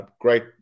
Great